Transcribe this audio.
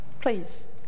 Please